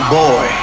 boy